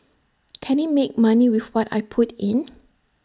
can IT make money with what I put in